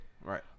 right